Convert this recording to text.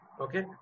Okay